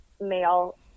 male